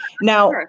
Now